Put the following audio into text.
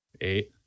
eight